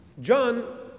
John